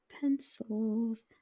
Pencils